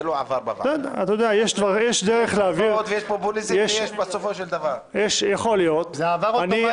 לא עבר בוועדה --- זה עבר אוטומטית.